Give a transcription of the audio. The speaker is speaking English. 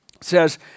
says